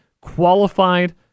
qualified